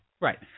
Right